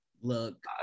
Look